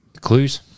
Clues